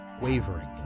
wavering